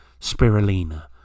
spirulina